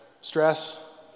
Stress